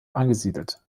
angesiedelt